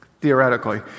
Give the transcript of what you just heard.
theoretically